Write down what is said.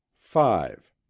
five